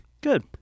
Good